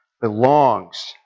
belongs